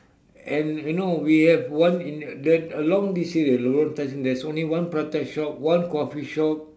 and you know we have one in the along this area road tai seng there's only one prata shop one coffee shop